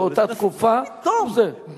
את האוטוריטה שאומרת מה